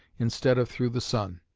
instead of through the sun,